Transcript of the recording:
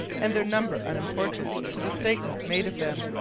and their number unimportant to the statement made of them.